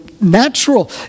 natural